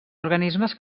organismes